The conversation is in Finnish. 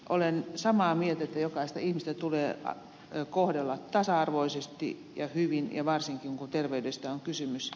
olen samaa mieltä että jokaista ihmistä tulee kohdella tasa arvoisesti ja hyvin ja varsinkin kun terveydestä on kysymys